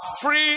free